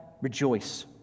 Rejoice